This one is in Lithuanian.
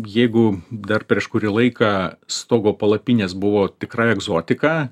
jeigu dar prieš kurį laiką stogo palapinės buvo tikra egzotika